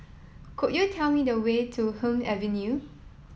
could you tell me the way to Hume Avenue